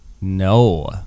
No